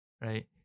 right